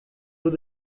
eaux